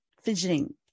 fidgeting